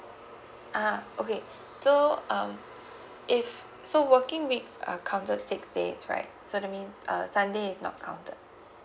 a'ah okay so um if so working week are counted six days right so that means uh sunday is not counted